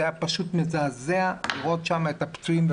זה היה פשוט מזעזע לראות את הפצועים.